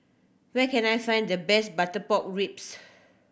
where can I find the best butter pork ribs